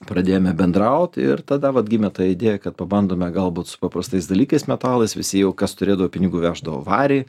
pradėjome bendraut ir tada vat gimė ta idėja kad pabandome galbūt su paprastais dalykais metalas visi jau kas turėdavo pinigų veždavo varį